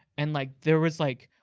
and like there was like,